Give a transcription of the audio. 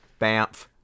Bamf